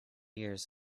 years